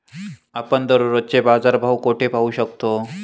आपण दररोजचे बाजारभाव कोठे पाहू शकतो?